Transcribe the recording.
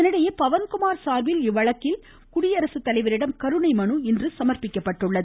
இதனிடையே பவன்குமார் சார்பில் இவ்வழக்கில் குடியரசு தலைவரிடம் கருணைமனு இன்று சமர்ப்பிக்கப்பட்டுள்ளது